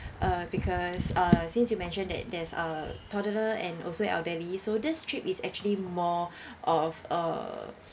uh because uh since you mentioned that there's a toddler and also elderly so this trip is actually more of a